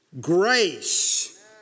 grace